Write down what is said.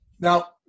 Now